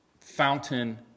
fountain